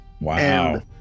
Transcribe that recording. Wow